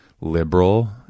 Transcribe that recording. liberal